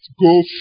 go